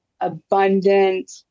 abundant